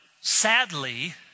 sadly